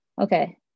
okay